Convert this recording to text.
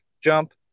jump